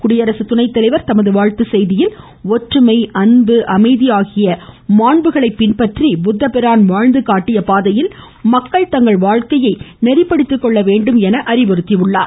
குடியரசுத் துணை தலைவர் தமது வாழ்த்துச் செய்தியில் ஒற்றுமை அன்பு அமைதி ஆகிய மாண்புகளை பின்பற்றி புத்தபிராண் வாழ்ந்து காட்டிய பாதையில் மக்கள் தங்கள் வாழ்க்கையை நெறிப்படுத்திக்கொள்ள வேண்டும் என அறிவுறுத்தியுள்ளார்